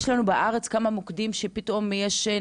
האם יש לנו בארץ כמה מוקדים שבהם יש יותר,